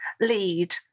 lead